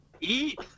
eat